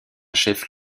chef